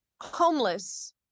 homeless